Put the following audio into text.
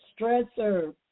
stressor